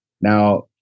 Now